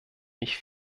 mich